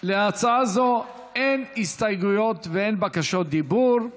להצעה זאת אין הסתייגויות ואין בקשות דיבור,